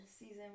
season